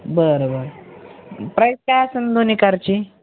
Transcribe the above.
बरं बरं प्राईज काय असंन दोन्ही कारची